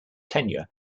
tenure